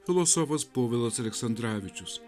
filosofas povilas aleksandravičius